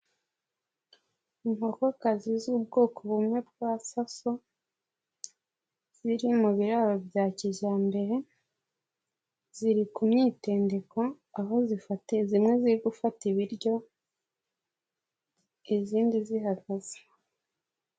Inkokokazi z'ubwoko bumwe bwa saso, ziri mu biraro bya kijyambere, ziri ku myitendeko aho zifata, zimwe ziri gufata ibiryo izindi zihagaze.